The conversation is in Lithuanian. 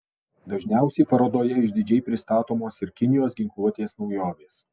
dažniausiai parodoje išdidžiai pristatomos ir kinijos ginkluotės naujovės